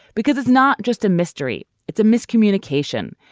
because it's not just a mystery, it's a miscommunication.